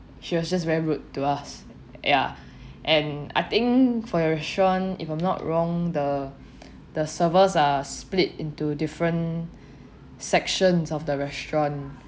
she was just very rude to us yeah and I think for your restaurant if I'm not wrong the the servers are split into different sections of the restaurant